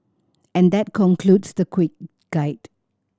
and that concludes the quick guide